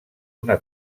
una